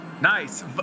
nice